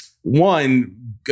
One